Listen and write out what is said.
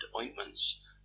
ointments